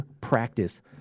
practice